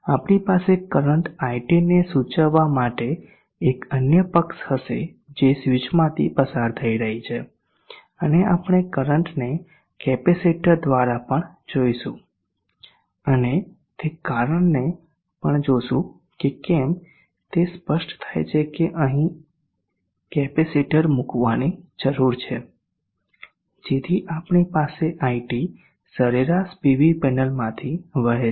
આપણી પાસે current iT ને સૂચવવા માટે એક અન્ય અક્ષ હશે જે સ્વીચમાંથી પસાર થઈ રહી છે અને આપણે કરંટને કેપેસિટર દ્વારા પણ જોશું અને તે કારણને પણ જોશું કે કેમ તે સ્પષ્ટ થાય છે કે આપણે અહીં કેપેસિટર મૂકવાની જરૂર છે જેથી આપણી પાસે iT સરેરાશ પીવી પેનલમાંથી વહે છે